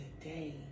today